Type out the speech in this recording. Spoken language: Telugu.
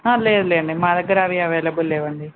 లేదులెండి మా దగ్గర అవి అవైలబుల్ లేవండి